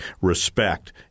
respect